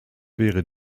wäre